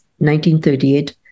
1938